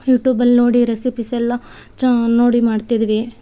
ಯೂಟ್ಯೂಬಲ್ಲಿ ನೋಡಿ ರೆಸಿಪೀಸ್ ಎಲ್ಲ ಚಾ ನೋಡಿ ಮಾಡ್ತಿದ್ವಿ